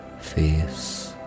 face